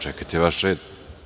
Čekajte vaš red.